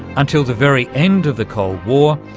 until the very end of the cold war,